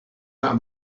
not